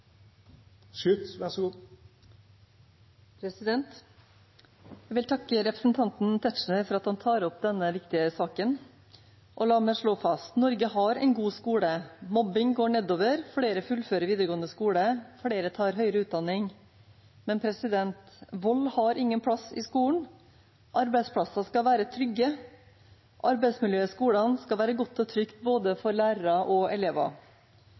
komme inn så sent er regulert nasjonalt, med hensyn til hva det skal føres fravær for. Jeg vil takke representanten Tetzschner for at han tar opp denne viktige saken. La meg slå fast: Norge har en god skole. Mobbing går nedover, flere fullfører videregående skole, og flere tar høyere utdanning. Men vold har ingen plass i skolen. Arbeidsplasser skal være trygge. Arbeidsmiljøet i skolene skal være godt og trygt for både lærere og